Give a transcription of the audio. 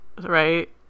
right